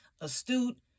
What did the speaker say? astute